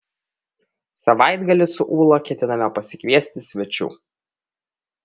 savaitgalį su ūla ketiname pasikviesti svečių